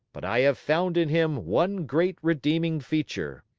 but i have found in him one great redeeming feature.